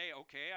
okay